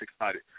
excited